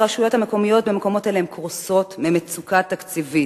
הרשויות המקומיות במקומות האלה קורסות ממצוקה תקציבית.